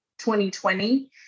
2020